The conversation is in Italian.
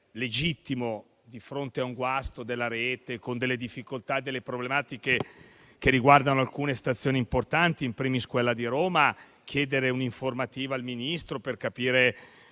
legittimo, di fronte a un guasto della rete ferroviaria con difficoltà e problematiche che riguardano alcune stazioni importanti, *in primis* quella di Roma, chiedere un'informativa al Ministro per capire